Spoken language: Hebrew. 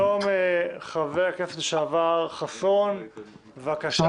שלום, חבר הכנסת לשעבר חסון, בבקשה.